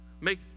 Make